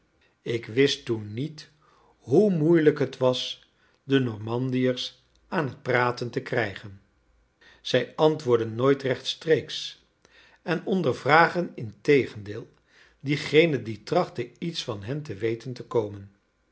ik wist toen niet hoe moeilijk het was de normandiërs aan het praten te krijgen zij antwoorden nooit rechtstreeks en ondervragen integendeel diegenen die trachten iets van hen te weten te komen